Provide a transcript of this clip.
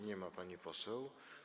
Nie ma pani poseł.